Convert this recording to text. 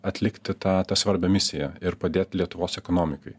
atlikti tą tą svarbią misiją ir padėt lietuvos ekonomikai